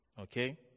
Okay